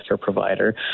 provider